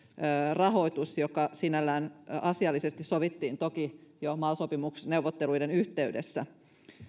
rahoitus ja kiittää siitä sinällään asiallisesti se sovittiin toki jo mal sopimusneuvotteluiden yhteydessä